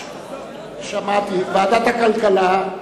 ועדת הכלכלה,